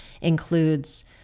includes